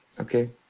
Okay